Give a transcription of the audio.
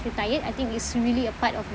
retired I think it's really a part of my